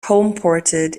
homeported